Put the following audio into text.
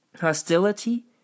hostility